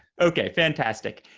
okay, fantastic.